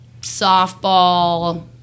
softball